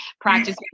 practice